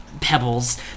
Pebbles